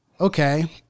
okay